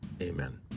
Amen